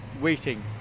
waiting